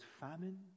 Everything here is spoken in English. famine